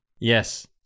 Yes